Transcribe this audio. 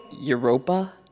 Europa